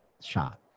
shot